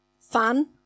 Fun